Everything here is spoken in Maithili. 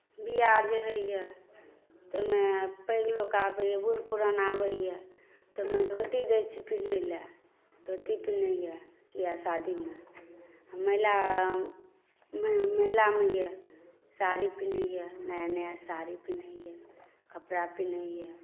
ब्याह आओर जे होइए तऽ ओहिमे पैघ लोक आबैए बूढ़ पुरान आबैए ताहिमे धोती दैत छियै पिन्है लेल धोती पिन्हैए ब्याह शादीमे महिला महिलामे यए साड़ी पिन्हैए नया नया साड़ी पिन्हैए कपड़ा पिन्हैए